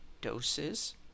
doses